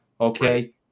Okay